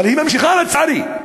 אבל היא ממשיכה, לצערי.